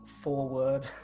forward